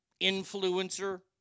influencer